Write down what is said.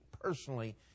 personally